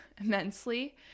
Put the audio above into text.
immensely